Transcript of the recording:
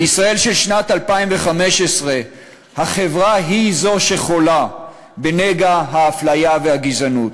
בישראל של שנת 2015 החברה היא זו שחולה בנגע האפליה והגזענות.